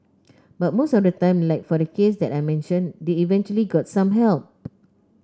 but most of the time like for the case that I mentioned they eventually got some help